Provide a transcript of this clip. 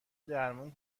درمون